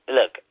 look